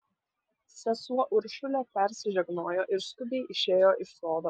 sesuo uršulė persižegnojo ir skubiai išėjo iš sodo